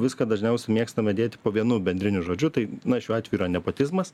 viską dažniausiai mėgstame dėti po vienu bendriniu žodžiu tai na šiuo atveju yra nepotizmas